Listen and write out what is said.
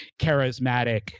charismatic